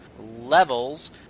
levels